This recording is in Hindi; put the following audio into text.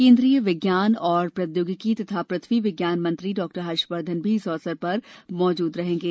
केन्द्रीय विज्ञान और प्रौद्योगिकी तथा पृथ्वी विज्ञान मंत्री डॉक्टर हर्षवर्धन भी इस अवसर पर मौजूद रहेंगे